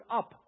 up